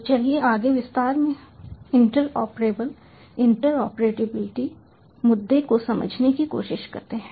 तो चलिए आगे विस्तार में इंटरऑपरेबल इंटरऑपरेबिलिटी मुद्दे को समझने की कोशिश करते हैं